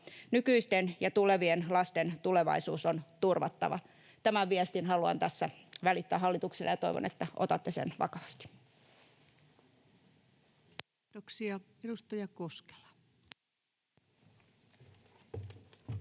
Nykyisten ja tulevien lasten tulevaisuus on turvattava.” Tämän viestin haluan tässä välittää hallitukselle, ja toivon, että otatte sen vakavasti. Kiitoksia. — Edustaja Koskela. Kiitoksia,